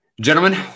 Gentlemen